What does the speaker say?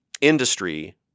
industry